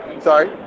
Sorry